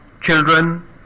Children